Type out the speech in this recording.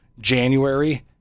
January